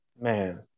man